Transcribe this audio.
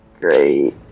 great